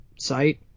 site